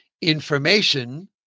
information